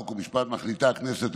חוק ומשפט מחליטה הכנסת,